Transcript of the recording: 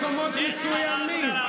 במקום לעלות ולומר מה עשית במשרד,